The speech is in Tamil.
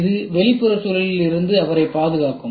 இது வெளிப்புற சூழலில் இருந்து அவரைப் பாதுகாக்கும்